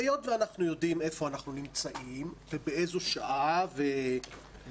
היות שאנחנו יודעים איפה אנחנו נמצאים ובאיזו שעה ובאיזה